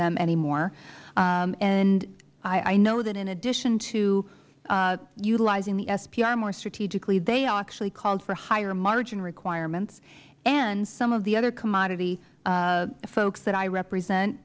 them anymore and i know that in addition to utilizing the spr more strategically they actually called for higher margin requirements and some of the other commodity folks that i represent